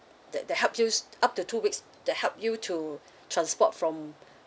that that helps you up to two weeks to help you to transport from